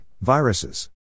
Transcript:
Viruses